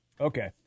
Okay